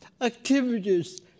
activities